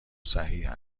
صحیح